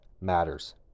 matters